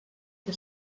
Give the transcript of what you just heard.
que